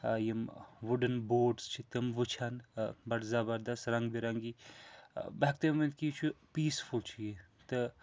یِم wooden boots چھِ تِم وٕچھان بَڑٕ زبردست رنگ ب رنگی بہٕ ہٮ۪کہٕ تۄہہِ ؤنِتھ کہِ یہِ چھُ پیٖسفُل چھُ یہِ تہٕ